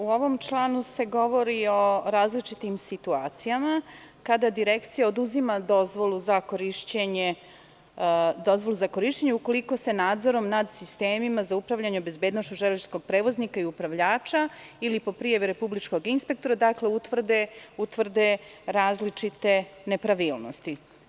U ovom članu se govori o različitim situacijama kada Direkcija oduzima dozvolu za korišćenje, ukoliko se nadzorom nad sistemima za upravljanje bezbednošću železničkog prevoznika i upravljača ili po prijavi republičkog inspektora utvrde različite nepravilnosti.